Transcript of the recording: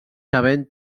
havent